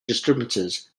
disturbances